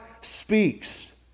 speaks